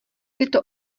tyto